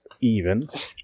evens